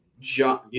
John